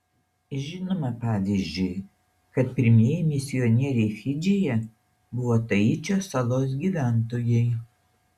žinoma pavyzdžiui kad pirmieji misionieriai fidžyje buvo taičio salos gyventojai